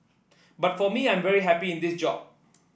but for me I am very happy in this job